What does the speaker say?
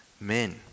men